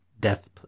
death